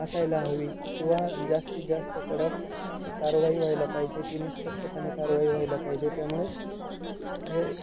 असायला हवी किंवा जास्तीत जास्त कडक कारवाई व्हायला पाहिजे ती निपक्षपणे कारवाई व्हायला पाहिजे त्यामुळे हे